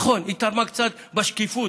נכון, היא תרמה קצת בשקיפות.